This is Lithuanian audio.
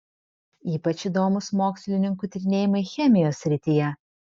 ypač įdomūs mokslininkų tyrinėjimai chemijos srityje